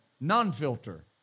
non-filter